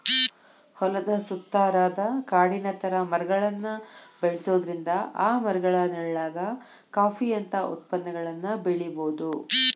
ಹೊಲದ ಸುತ್ತಾರಾದ ಕಾಡಿನ ತರ ಮರಗಳನ್ನ ಬೆಳ್ಸೋದ್ರಿಂದ ಆ ಮರಗಳ ನೆಳ್ಳಾಗ ಕಾಫಿ ಅಂತ ಉತ್ಪನ್ನಗಳನ್ನ ಬೆಳಿಬೊದು